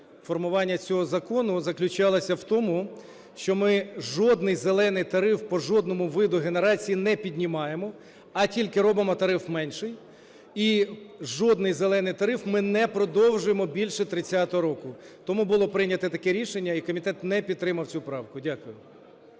формування цього закону заключалася в тому, що ми жодний "зелений тариф" по жодному виду генерації не піднімаємо, а тільки робимо тариф менший, і жодний "зелений тариф" ми не продовжуємо більше 30-го року. Тому було прийнято таке рішення, і комітет не підтримав цю правку. Дякую.